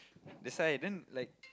that's why then like